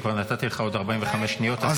וכבר נתתי לך עוד 45 שניות.